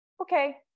okay